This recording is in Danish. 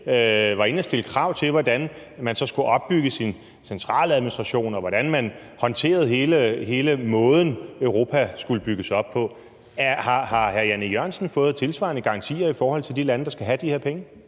var inde og stille krav til, hvordan man så skulle opbygge sin centraladministration, og hvordan man håndterede hele den måde, Europa skulle bygges op på. Har hr. Jan E. Jørgensen fået tilsvarende garantier i forhold til de lande, der skal have de her penge?